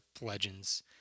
legends